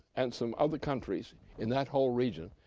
and some other countries in that whole region,